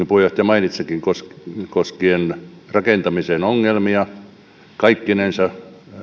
puheenjohtaja mainitsikin koskien rakentamisen ongelmia kaikkinensa